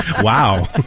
Wow